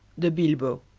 de bilbow